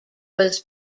was